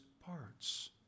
parts